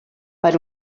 per